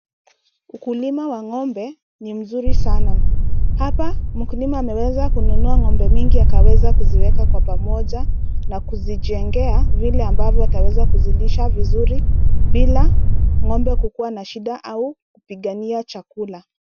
Ukulima wa ng'ombe ni mzuri sana. Hapa mkulima ameweza kununua ng'ombe mingi akaweza kuziweka kwa pamoja , na kuzijengea vile ambavyo ataweza kuzilisha vizuri, bila ng'ombe kukua na shida au kupigania chakula.